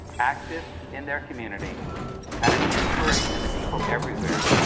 active in their community and an inspiration to people everywhere,